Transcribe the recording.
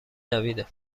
دویدم